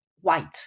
white